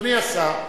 אדוני השר.